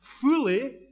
fully